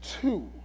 two